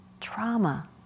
trauma